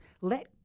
Let